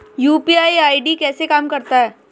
UPI ID कैसे काम करता है?